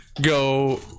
Go